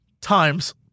times